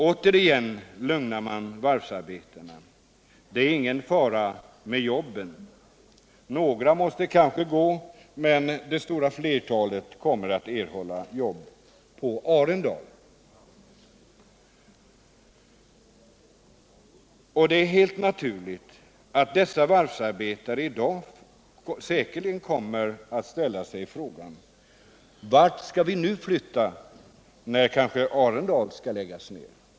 Återigen lugnar man varvsarbetarna och säger att det är ingen fara med jobben, att några kanske måste gå, men att det stora flertalet kommer att få jobb på Arendalsvarvet. Det är helt naturligt om dessa varvsarbetare i dag ställer sig frågan: Vart skall vi nu flytta, när kanske Arendalsvarvet skall läggas ned?